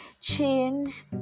Change